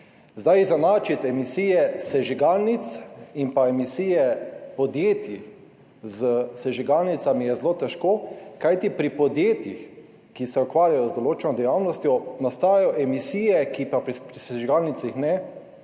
Izenačiti emisije sežigalnic in emisije podjetij s sežigalnicami je zelo težko, kajti pri podjetjih, ki se ukvarjajo z določeno dejavnostjo, nastajajo emisije, ki pa pri sežigalnicah ne,